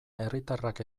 herritarrak